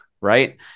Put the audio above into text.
right